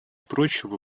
прочего